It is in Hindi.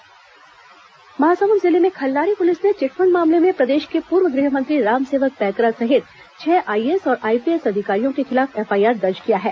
एफआईआर दर्ज महासमुंद जिले में खल्लारी पुलिस ने चिटफंड मामले में प्रदेश के पूर्व गृहमंत्री रामसेवक पैकरा सहित छह आईएएस और आईपीएएस अधिकारियों के खिलाफ एफआईआर दर्ज किया है